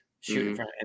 shooting